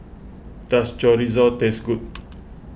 does Chorizo taste good